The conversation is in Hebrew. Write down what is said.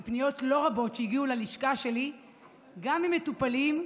שהגיעו ללשכה שלי גם ממטופלים,